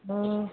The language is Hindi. हूँ